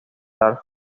dark